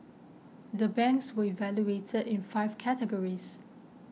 the banks were evaluated in five categories